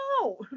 no